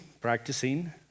practicing